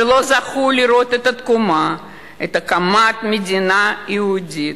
שלא זכו לראות את התקומה, את הקמת מדינה יהודית.